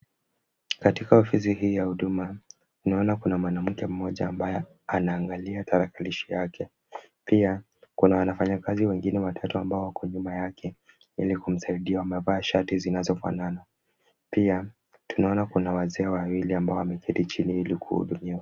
Katika ofisi hii ya huduma, ninaona kuna mwanamke mmoja ambaye anaangalia tarakilishi yake. Pia kuna wanafanyakazi wengine watatu ambao wako nyuma yake ili kumsaidia, wamevaa shati zinazofanana. Pia tunaona kuna wazee wawili ambao wameketi chini ili kuhudumiwa.